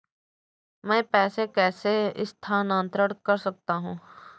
मैं पैसे कैसे स्थानांतरण कर सकता हूँ?